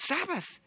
Sabbath